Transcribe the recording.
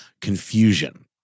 confusion